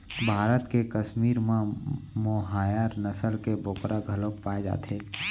भारत के कस्मीर म मोहायर नसल के बोकरा घलोक पाए जाथे